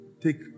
Take